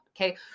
Okay